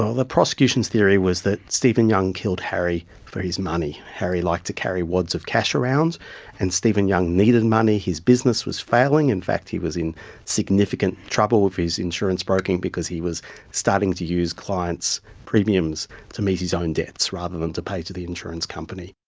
so the prosecution's theory was that stephen young killed harry for his money. harry liked to carry wads of cash around and stephen young needed money his business was failing, in fact he was in significant trouble with his insurance broking because he was starting to use clients' premiums to meet his own debts rather than to pay to the insurance company.